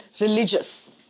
religious